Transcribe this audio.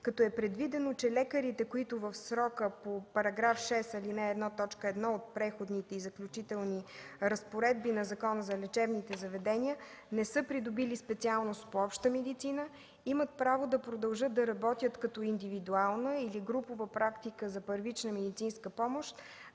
като е предвидено, че лекарите, които в срока по § 6, ал. 1, т. 1 от Преходните и заключителни разпоредби на Закона за лечебните заведения не са придобили специалност по обща медицина, имат право да продължат да работят като индивидуална или групова практика за първична медицинска помощ